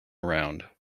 around